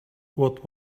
what